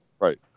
Right